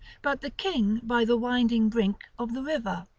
but the king by the winding brink of the river.